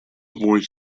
avoid